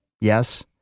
Yes